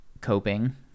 coping